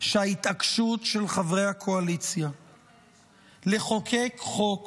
שההתעקשות של חברי הקואליציה לחוקק חוק